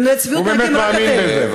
הוא באמת מאמין בזה.